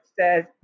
says